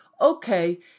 okay